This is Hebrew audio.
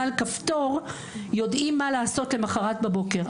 על כפתור יודעים מה לעשות למחרת בבוקר.